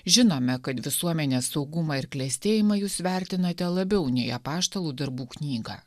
žinome kad visuomenės saugumą ir klestėjimą jūs vertinate labiau nei apaštalų darbų knygą